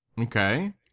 Okay